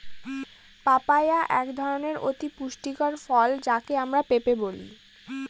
papaya একধরনের অতি পুষ্টিকর ফল যাকে আমরা পেঁপে বলি